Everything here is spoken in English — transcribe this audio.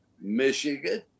Michigan